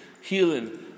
healing